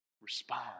respond